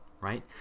right